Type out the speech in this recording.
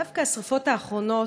דווקא השרפות האחרונות,